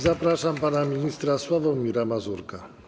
Zapraszam pana ministra Sławomira Mazurka.